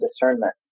discernment